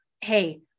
Hey